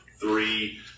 three